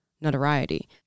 notoriety